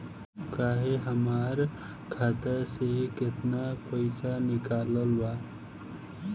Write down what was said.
काल्हे हमार खाता से केतना पैसा निकलल बा?